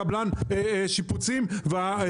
קבלני השיפוצים והחשמלאים.